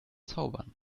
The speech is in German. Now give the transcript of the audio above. zaubern